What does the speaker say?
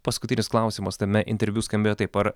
paskutinis klausimas tame interviu skambėjo taip ar